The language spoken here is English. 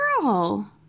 girl